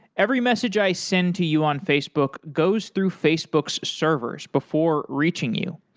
every message i send to you on facebook goes through facebook's servers before reaching you.